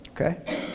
okay